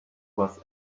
was